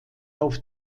auf